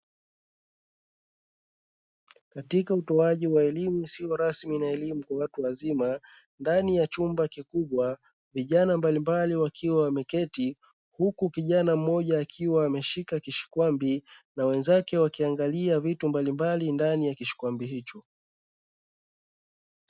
Katika utoaji wa elimu isiyo rasmi na elimu kwa watu wazima, ndani ya chumba kikubwa vijana mbalimbali wakiwa wameketi huku kijana mmoja akiwa ameshika kishkwambi na wenzako wakiangalia vitu mbalimbali ndani ya kishkwambi hicho.